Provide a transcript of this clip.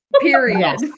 Period